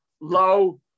low